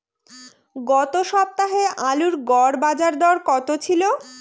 গত সপ্তাহে আলুর গড় বাজারদর কত ছিল?